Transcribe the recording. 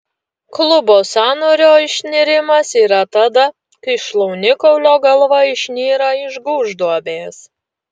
klubo sąnario išnirimas yra tada kai šlaunikaulio galva išnyra iš gūžduobės